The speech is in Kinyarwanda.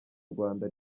rwanda